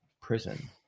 prison